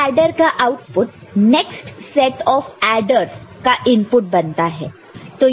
full adder का output next set of adders का input बनता है